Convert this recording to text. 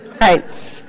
Right